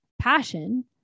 passion